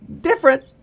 different